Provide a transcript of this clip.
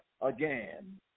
again